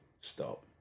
stop